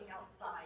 outside